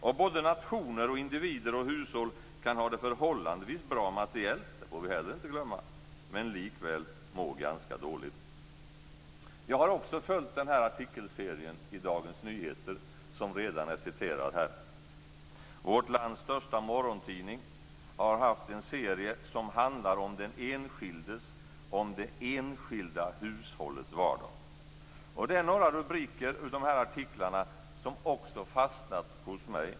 Och såväl nationer som individer och hushåll kan ha det förhållandevis bra materiellt - det får vi heller inte glömma - men likväl må ganska dåligt. Jag har också följt artikelserien i Dagens Nyheter, som redan är citerad här. Vårt lands största morgontidning har haft en serie som handlar om den enskildes och det enskilda hushållets vardag. Det är några rubriker till de här artiklarna som också fastnat hos mig.